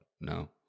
No